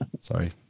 Sorry